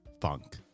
funk